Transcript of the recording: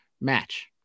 match